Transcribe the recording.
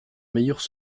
meilleures